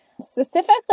specifically